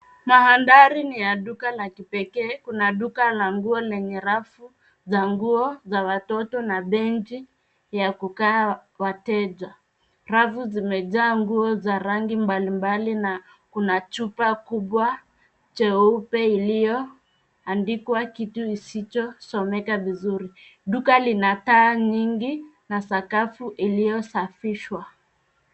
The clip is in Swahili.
Mandhari ni ya duka la kipekee, kuna duka la nguo lenye rafu za nguo za watoto na benchi vya kukaa wateja. Rafu zimejaa nguo za rangi mbalimbali na kuna chupa kubwa cheupe iliyoandikwa kitu isichosomeka vizuri. Duka lina taa nyingi na sakafu iliyosafishwa.